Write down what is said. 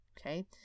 Okay